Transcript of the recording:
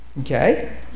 Okay